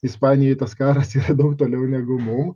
ispanijai tas karasyra daug toliau negu mum